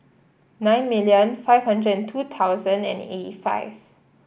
nine million five hundred and two thousand and eighty five